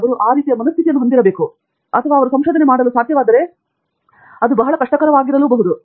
ಅವರು ಆ ರೀತಿಯ ಮನಸ್ಸಿನ ಗುಂಪನ್ನು ಹೊಂದಿರಬೇಕು ಅಥವಾ ಅವರು ಸಂಶೋಧನೆ ಮಾಡಲು ಸಾಧ್ಯವಾದರೆ ಬಹಳ ಕಷ್ಟವಾಗಬೇಕೇ